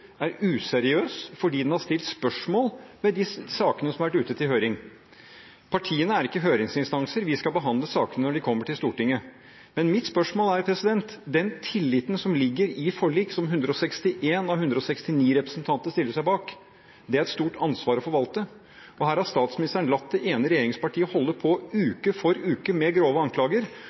er useriøs fordi den har stilt spørsmål ved de sakene som har vært ute på høring. Partiene er ikke høringsinstanser. Vi skal behandle sakene når de kommer til Stortinget. Den tilliten som ligger i forliket, som 161 av 169 representanter stiller seg bak, er et stort ansvar å forvalte, og her har statsministeren latt det ene regjeringspartiet holde på uke etter uke med grove anklager.